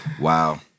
Wow